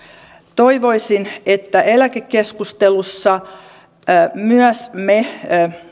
toivoisin että eläkekeskustelussa myös me